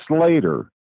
later